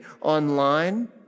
online